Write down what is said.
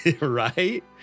right